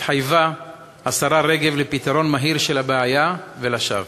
התחייבה השרה רגב לפתרון מהיר של הבעיה, ולשווא.